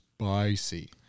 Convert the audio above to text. spicy